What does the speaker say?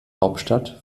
hauptstadt